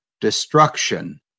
destruction